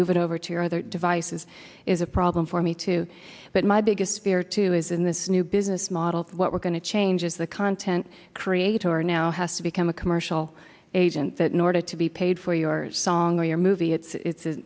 move it over to your other devices is a problem for me too but my biggest fear too is in this new business model what we're going to change is the content creator now has to become a commercial agent that in order to be paid for your song or your movie it's